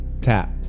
tap